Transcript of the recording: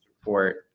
report